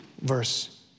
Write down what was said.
verse